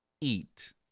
eat